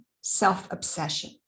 self-obsession